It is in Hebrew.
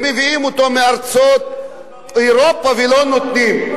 מארצות אירופה, ולא נותנים.